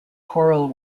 choral